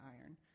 iron